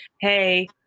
hey